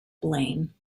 blaine